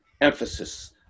emphasis